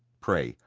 pray,